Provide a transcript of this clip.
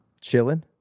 chilling